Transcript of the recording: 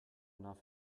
enough